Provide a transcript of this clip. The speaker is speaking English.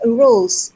roles